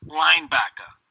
linebacker